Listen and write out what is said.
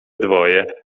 dwoje